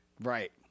Right